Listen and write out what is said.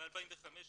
ב-2015,